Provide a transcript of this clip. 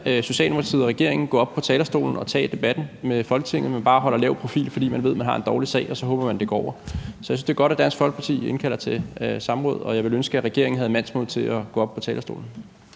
Socialdemokratiet og regeringen gå op på talerstolen og tage debatten med Folketinget, men at man bare holder lav profil, fordi man ved, at man har en dårlig sag – og så håber man, det går over. Så jeg synes, det er godt, at Dansk Folkeparti indkalder til samråd, og jeg ville ønske, at regeringen havde mandsmod til at gå op på talerstolen.